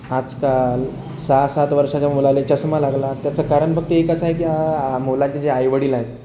आजकाल सहा सात वर्षाच्या मुलाला चष्मा लागला त्याचं कारण फक्त एकच आहे की हा ह मुलाचे जे आईवडील आहेत